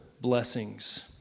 blessings